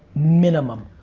minimum,